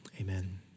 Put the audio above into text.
amen